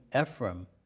Ephraim